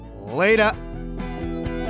later